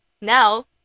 Now